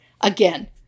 again